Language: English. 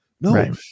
No